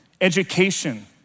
education